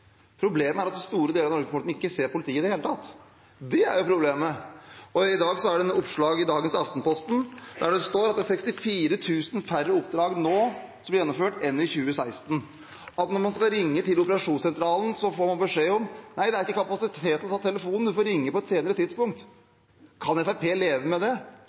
problemet er at store deler av Norges befolkning ikke ser politiet i det hele tatt. Det er problemet. I et oppslag i dagens Aftenposten står det at det er gjennomført 64 000 færre oppdrag nå enn i 2016. Når man skal ringe til operasjonssentralen, får man beskjed om at det ikke er kapasitet til å ta telefonen, at man må ringe på et senere tidspunkt. Kan Fremskrittspartiet leve med det?